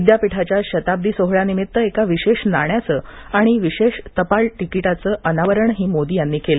विद्यापीठाच्या शताब्दी सोहळ्यानिमित्त एका विशेष नाण्याच आणि विशेष टपाल तिकिटाचं अनावरण मोदी यांनी केल